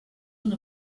una